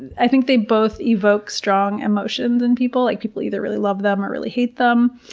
i think they both evoke strong emotions in people, like people either really love them or really hate them,